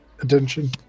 attention